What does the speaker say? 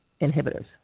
inhibitors